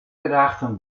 gedachten